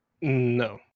no